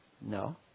No